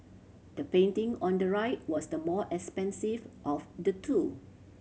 the painting on the right was the more expensive of the two